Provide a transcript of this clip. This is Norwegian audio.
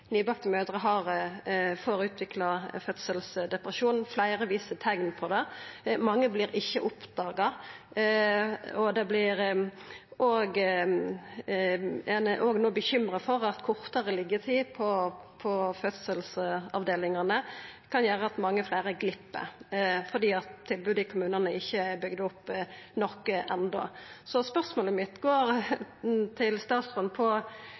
nybakte mødrer utviklar fødselsdepresjon, fleire viser teikn på det, hos mange vert det ikkje oppdaga, og ein er òg no bekymra for at kortare liggjetid på fødeavdelingane kan gjera at mange fleire glepp fordi tilbodet i kommunane ikkje er bygd opp nok enno. Så spørsmålet mitt til statsråden går på